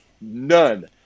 none